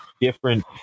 different